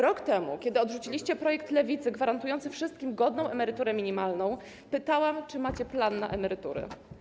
Rok temu, kiedy odrzuciliście projekt Lewicy gwarantujący wszystkim godną emeryturę minimalną, pytałam, czy macie plan na emerytury.